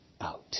out